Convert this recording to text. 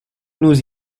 nous